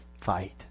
fight